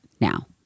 now